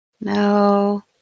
No